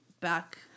back